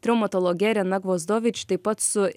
traumatologe rena gvozdovič taip pat su